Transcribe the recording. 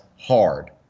hard